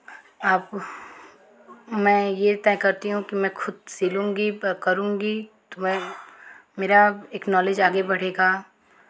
आप मैं ये तय करती हूँ कि मैं खुद सिलूँगी करूँगी तो मैं मेरा एकनॉलेज आगे बढ़ेगा